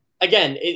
again